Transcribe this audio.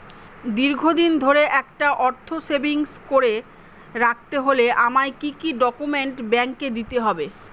দীর্ঘদিন ধরে একটা অর্থ সেভিংস করে রাখতে হলে আমায় কি কি ডক্যুমেন্ট ব্যাংকে দিতে হবে?